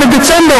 בדצמבר,